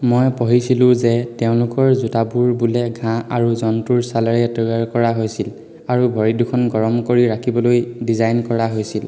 মই পঢ়িছিলো যে তেওঁলোকৰ জোতাবোৰ বোলে ঘাঁহ আৰু জন্তুৰ ছালেৰে তৈয়াৰ কৰা হৈছিল আৰু ভৰি দুখন গৰম কৰি ৰাখিবলৈ ডিজাইন কৰা হৈছিল